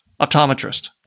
optometrist